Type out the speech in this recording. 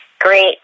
great